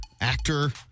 actor